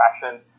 fashion